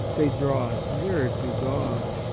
they draw us nearer to god,